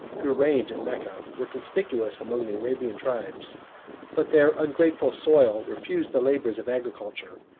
who reigned in mecca, were conspicuous among the arabian tribes but their ungrateful soil refused the labors of agriculture,